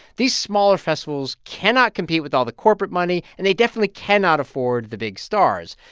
these smaller festivals cannot compete with all the corporate money, and they definitely cannot afford the big stars.